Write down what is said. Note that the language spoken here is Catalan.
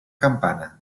campana